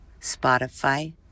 Spotify